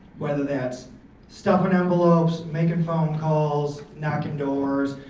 whether that's stuffin' envelopes, making phone calls, knocking doors,